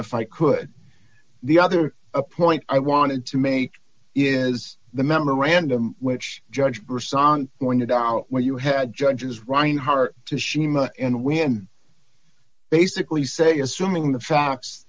if i could the other a point i wanted to make is the memorandum which judge her song pointed out where you had judges reinhart to shima and when basically say assuming the facts